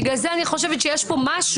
בגלל זה אני חושבת שיש פה משהו,